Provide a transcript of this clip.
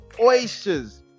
oysters